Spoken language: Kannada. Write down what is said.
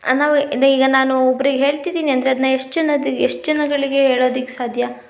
ಈಗ ನಾನು ಒಬ್ರಿಗೆ ಹೇಳ್ತಿದೀನಿ ಅಂದರೆ ಅದನ್ನ ಎಷ್ಟು ಜನದ ಎಷ್ಟು ಜನಗಳಿಗೆ ಹೇಳೋದಕ್ ಸಾಧ್ಯ